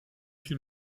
viele